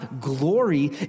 glory